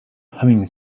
humming